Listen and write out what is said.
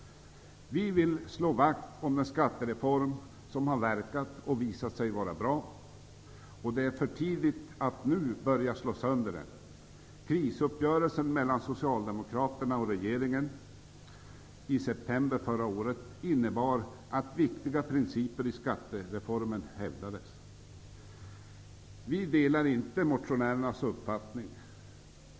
Vi vill slå vakt om den skattereform som har verkat och visat sig vara bra. Det är för tidigt att nu börja slå sönder den. Krisuppgörelsen mellan Socialdemokraterna och regeringen i september förra året innebar att viktiga principer i skattereformen hävdades. Vi delar inte motionärernas uppfattning.